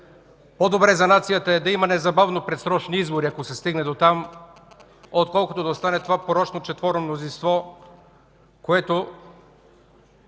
По-добре за нацията е да има незабавно предсрочни избори, ако се стигне до там, отколкото да остане това порочно четворно мнозинство, което